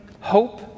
hope